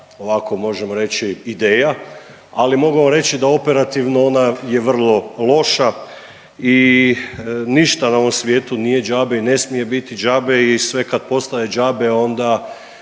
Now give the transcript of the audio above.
ovako možemo reći ideja. Ali mogu vam reći da operativno ona je vrlo loša i ništa na ovom svijetu nije džabe i ne smije džabe. I sve kada postaje džabe onda